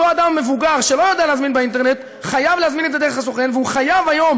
אותו אדם מבוגר שלא יודע להזמין באינטרנט חייב להזמין את זה דרך סוכן,